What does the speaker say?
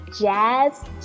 Jazz